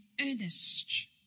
earnest